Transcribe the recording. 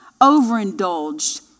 overindulged